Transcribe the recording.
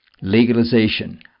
legalization